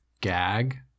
gag